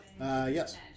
Yes